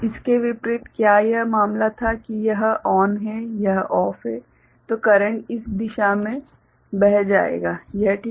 इसके विपरीत क्या यह मामला था कि यह चालू है और यह बंद है तो करेंट इस दिशा में बह जाएगा यह ठीक है